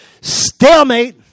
Stalemate